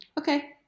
Okay